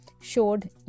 showed